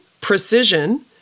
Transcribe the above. precision